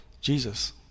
Jesus